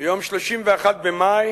ביום 31 במאי